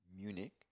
Munich